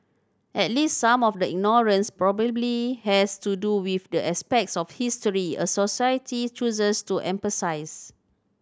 at least some of the ignorance probably has to do with the aspects of history a society chooses to emphasise